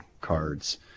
cards